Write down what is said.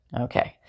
Okay